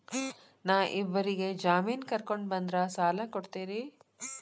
ನಾ ಇಬ್ಬರಿಗೆ ಜಾಮಿನ್ ಕರ್ಕೊಂಡ್ ಬಂದ್ರ ಸಾಲ ಕೊಡ್ತೇರಿ?